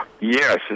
Yes